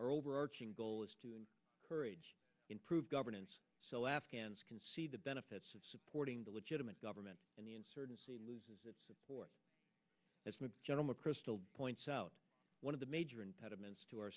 overarching goal is to courage improve governance so afghans can see the benefits of supporting the legitimate government and the insurgency loses its support as general mcchrystal points out one of the major impediments to our